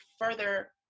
further